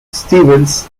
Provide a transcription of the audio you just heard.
stevens